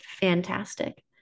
fantastic